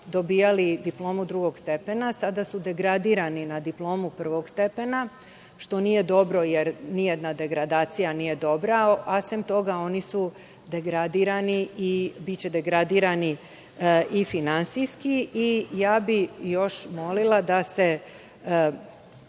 dobijali diplomu drugog stepena, a sada su degradirani na diplomu prvog stepena, što nije dobro, jer nijedna degradacija nije dobra, a sem toga, oni su degradirani i biće degradirani finansijski. Molila bih da se